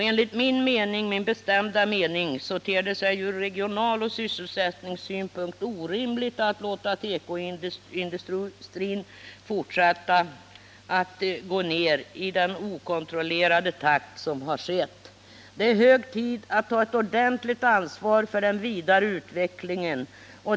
Enligt min bestämda mening ter det sig ur regionaloch sysselsättningssynpunkt orimligt att låta tekoindustrin fortsätta att minska i den okontrollerade takt som har skett. Det är hög tid att ta ett ordentligt ansvar för den vidare utvecklingen.